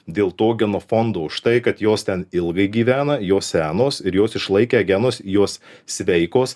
dėl to geno fondo už tai kad jos ten ilgai gyvena jos senos ir jos išlaikė genus jos sveikos